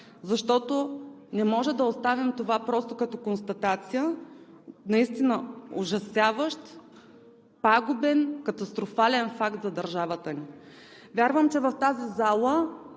Защото не можем да оставим това просто като констатация. Наистина ужасяващ, пагубен, катастрофален факт е за държавата ни! Вярвам, че в тази зала